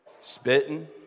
spitting